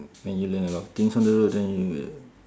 when you learn a lot of things on the road then you